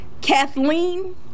Kathleen